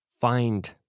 find